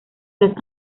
las